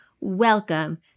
Welcome